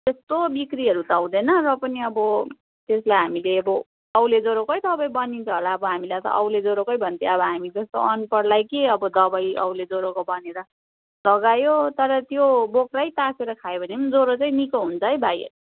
त्यस्तो बिक्रीहरू त हुँदैन र पनि अब त्यसलाई हामीले अब औले ज्वरोकै दबाई बनिन्छ होला अब हामीलाई त औले ज्वरोकै भन्थ्यो अब हामी जस्तो अनपढलाई के अब दबाई औले ज्वरोको भनेर लगायो तर त्यो बोक्रै तासेर खायो भने पनि ज्वरो चाहिँ निको हुन्छ है भाइ